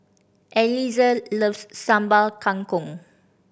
Eliezer loves Sambal Kangkong